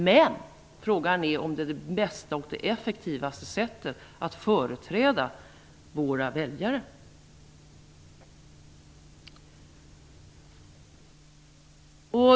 Men frågan är om det är det bästa och effektivaste sättet att företräda våra väljare.